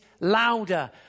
louder